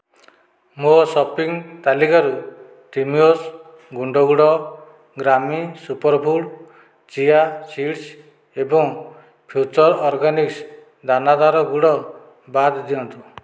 ମୋ ସପିଂ ତାଲିକାରୁ ତିମିଓସ୍ ଗୁଣ୍ଡ ଗୁଡ଼ ଗ୍ରାମି ସୁପରଫୁଡ଼ ଚିଆ ସିଡ଼୍ସ୍ ଏବଂ ଫ୍ୟୁଚର୍ ଅର୍ଗାନିକ୍ସ ଦାନାଦାର ଗୁଡ଼ ବାଦ ଦିଅନ୍ତୁ